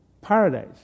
paradise